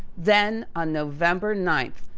then on november ninth,